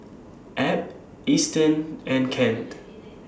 Ab Easton and Kent